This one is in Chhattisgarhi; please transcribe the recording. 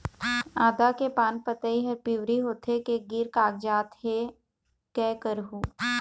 आदा के पान पतई हर पिवरी होथे के गिर कागजात हे, कै करहूं?